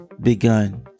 begun